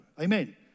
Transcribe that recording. amen